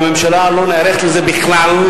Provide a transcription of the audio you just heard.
והממשלה לא נערכת לזה בכלל,